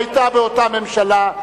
היתה באותה ממשלה,